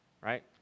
right